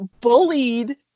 bullied